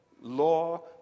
Law